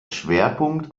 schwerpunkt